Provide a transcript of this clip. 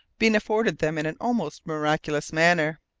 been afforded them in an almost miraculous manner.